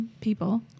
people